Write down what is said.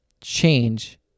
change